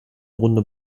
runde